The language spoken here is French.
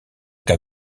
cas